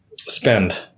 spend